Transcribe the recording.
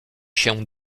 się